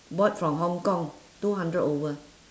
bought from hong-kong two hundred over